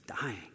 dying